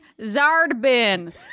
Zardbin